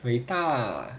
伟大